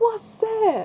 !wahseh!